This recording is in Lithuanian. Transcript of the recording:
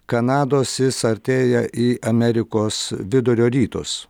kanados jis artėja į amerikos vidurio rytus